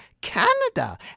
Canada